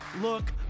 look